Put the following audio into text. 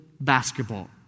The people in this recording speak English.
basketball